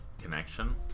connection